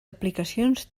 aplicacions